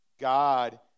God